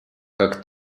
как